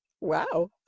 wow